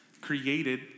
created